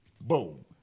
Boom